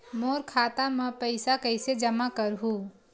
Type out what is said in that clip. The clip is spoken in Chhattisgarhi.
मोर खाता म पईसा कइसे जमा करहु?